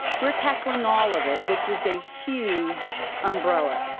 we're tackling all of it. which is a huge umbrella.